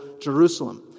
Jerusalem